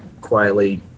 quietly